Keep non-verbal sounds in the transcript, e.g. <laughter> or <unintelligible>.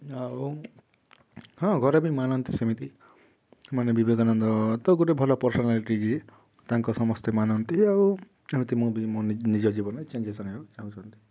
ଆଉ ହଁ ଘରେ ବି ମାନନ୍ତି ସେମିତି ମାନେ ବିବେକାନନ୍ଦ ତ ଗୋଟେ ଭଲ ପର୍ସନାଲିଟି ତାଙ୍କୁ ସମସ୍ତେ ମାନନ୍ତି ଆଉ <unintelligible> ମୁଁ ବି ମୋ ନିଜ ଜୀବନରେ ଚେଞ୍ଜେସ୍ ଆଣିବାକୁ ଚାହୁଁଛନ୍ତି